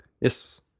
Yes